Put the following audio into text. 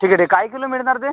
ठीक आहे ठीक काय किलो मिळणार ते